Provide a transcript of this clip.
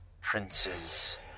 princes